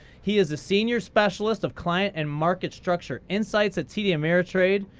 he is a senior specialist of client and market structure insights at td ameritrade.